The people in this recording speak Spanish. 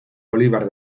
bolívar